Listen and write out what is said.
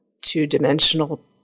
two-dimensional